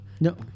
No